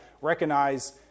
recognize